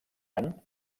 any